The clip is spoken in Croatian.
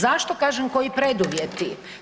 Zašto kažem koji preduvjeti?